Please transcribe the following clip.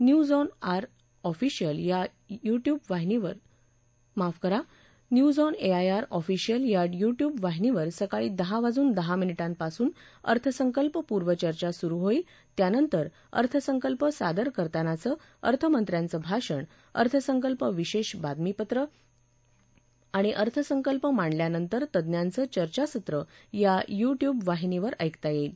news on air official या YouTube वाहिनीवर सकाळी दहा वाजून दहा मिनि मासून अर्थसंकल्प पूर्व चर्चा सुरु होईल त्यानंतर अर्थसंकल्प सादर करतानाचं अर्थसंत्र्यांचं भाषण अर्थसंकल्प विशेष बातमीपत्र आणि अर्थसंकल्प मांडल्यानंतर तज्ज्ञांचं चर्चासत्र या यू बिूब वाहिनीवर ऐकता येईल